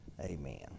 amen